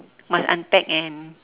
must unpack and